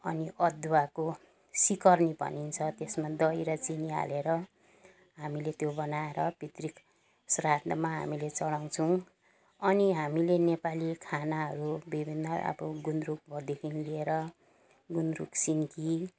अनि अदुवाको सिकर्नी भनिन्छ त्यसमा दही र चिनी हालेर हामीले त्यो बनाएर पितृ श्राद्धमा हामीले चढाउँछौँ अनि हामीले नेपाली खानाहरू विभिन्न अब गुन्द्रुकहरूदेखि लिएर गुन्द्रुक सिन्की